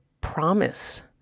promise